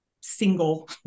single